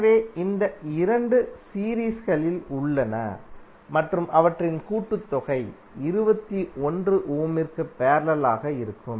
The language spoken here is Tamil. எனவே இந்த 2 சீரீஸ்களில் உள்ளன மற்றும் அவற்றின் கூட்டுத்தொகை 21 ஓமிற்கு பேரலலாக இருக்கும்